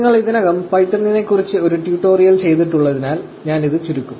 നിങ്ങൾ ഇതിനകം പൈത്തണിനെക്കുറിച്ച് ഒരു ട്യൂട്ടോറിയൽ ചെയ്തിട്ടുള്ളതിനാൽ ഞാൻ ഇത് ചുരുക്കും